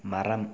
மரம்